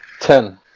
ten